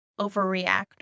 overreact